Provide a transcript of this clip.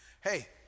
Hey